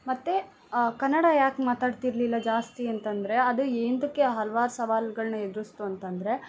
ಮತ್ತು ಕನ್ನಡ ಯಾಕೆ ಮಾತಾಡ್ತಿರಲಿಲ್ಲ ಜಾಸ್ತಿ ಅಂತಂದರೆ ಅದು ಏಂತಕ್ಕೆ ಹಲ್ವಾರು ಸವಾಲುಗಳ್ನ ಎದುರಿಸ್ತು ಅಂತಂದರೆ